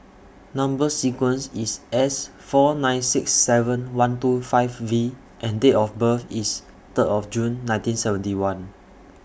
Number sequence IS S four nine six seven one two five V and Date of birth IS Third of June nineteen seventy one